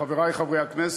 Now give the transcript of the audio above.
חברי חברי הכנסת,